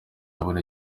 babona